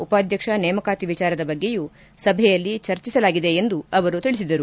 ಉಪಾಧ್ಯಕ್ಷ ನೇಮಕಾತಿ ವಿಚಾರದ ಬಗ್ಗೆಯೂ ಸಭೆಯಲ್ಲಿ ಚರ್ಚಿಸಲಾಗಿದೆ ಎಂದು ತಿಳಿಸಿದರು